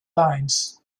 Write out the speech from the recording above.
lines